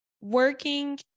working